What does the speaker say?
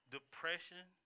Depression